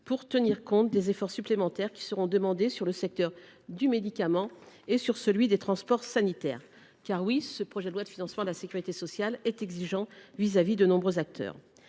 de tenir compte des efforts supplémentaires qui seront demandés au secteur du médicament et à celui des transports sanitaires. Soyons clairs : ce projet de loi de financement de la sécurité sociale est exigeant à l’égard de nombreux acteurs.